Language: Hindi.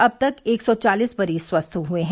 अब तक एक सौ चालीस मरीज स्वस्थ हुए हैं